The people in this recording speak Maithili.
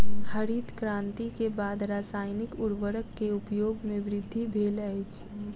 हरित क्रांति के बाद रासायनिक उर्वरक के उपयोग में वृद्धि भेल अछि